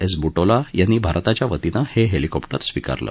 S Butola यांनी भारताच्या वतीनं हे हेलिकॉप्टर स्विकारलं